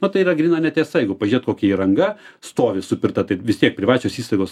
nu tai yra gryna netiesa jeigu pažiūrėt kokia įranga stovi supirkta tai vis tiek privačios įstaigos